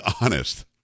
honest